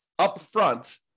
upfront